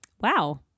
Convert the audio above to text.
wow